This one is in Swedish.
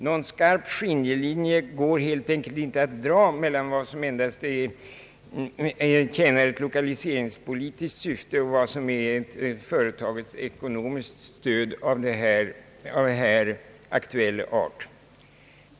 Någon skarp skiljelinje går helt enkelt inte att dra mellan vad som endast tjänar lokaliseringspolitiskt syfte och vad som är företagsekonomiskt stöd av här aktuell art.